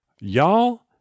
y'all